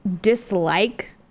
dislike